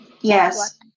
yes